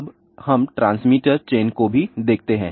अब हम transmitter chain को भी देखते हैं